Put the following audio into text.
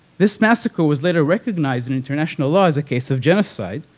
this massacre was later recognized in international law as a case of genocide,